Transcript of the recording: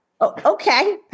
Okay